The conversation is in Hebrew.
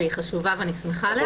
והיא חשובה ואני שמחה עליה.